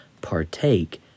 partake